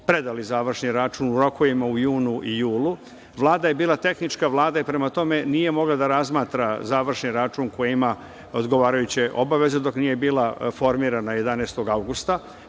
predali završni račun u rokovima u junu i julu. Vlada je bila tehnička vlada, prema tome, nije mogla da razmatra završni račun koji ima odgovarajuće obaveze dok nije bila formirana 11. avgusta.